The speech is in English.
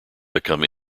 become